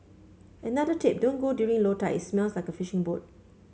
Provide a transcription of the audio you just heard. another tip don't go during low tide it smells like a fishing boat